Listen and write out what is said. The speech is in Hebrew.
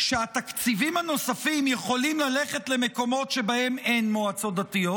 שהתקציבים הנוספים יכולים ללכת למקומות שבהם אין מועצות דתיות,